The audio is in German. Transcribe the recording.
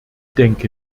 denke